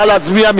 נא להצביע.